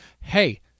hey